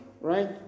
right